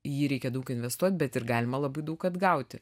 į jį reikia daug investuot bet ir galima labai daug atgauti